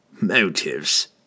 Motives